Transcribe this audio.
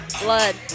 blood